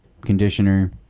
conditioner